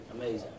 Amazing